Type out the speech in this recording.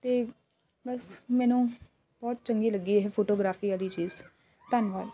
ਅਤੇ ਬਸ ਮੈਨੂੰ ਬਹੁਤ ਚੰਗੀ ਲੱਗੀ ਇਹ ਫੋਟੋਗ੍ਰਾਫੀ ਵਾਲੀ ਚੀਜ਼ ਧੰਨਵਾਦ